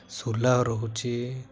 ସୁଲାଉ ରହୁଛି